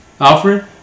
Alfred